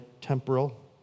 temporal